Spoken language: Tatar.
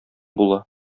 була